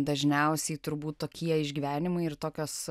dažniausiai turbūt tokie išgyvenimai ir tokios